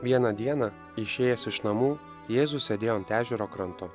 vieną dieną išėjęs iš namų jėzus sėdėjo ant ežero kranto